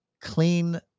clean